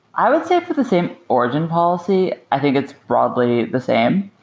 i would say for the same origin policy, i think it's broadly the same.